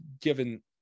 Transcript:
given